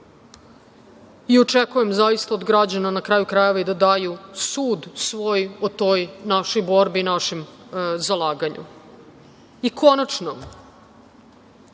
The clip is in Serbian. i očekujem, zaista, od građana, na kraju krajeva, da daju sud o toj borbi i našem zalaganju. Konačno,